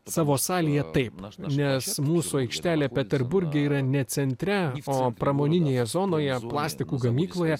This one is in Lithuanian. savo salėje taip nes mūsų aikštelė peterburge yra ne centre o pramoninėje zonoje plastiko gamykloje